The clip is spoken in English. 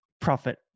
profit